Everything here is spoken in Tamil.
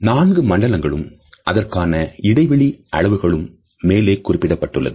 நான்கு மண்டலங்களும் அதற்கான இடைவெளி அளவுகளும் மேலே குறிப்பிடப்பட்டுள்ளது